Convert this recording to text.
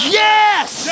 yes